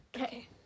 Okay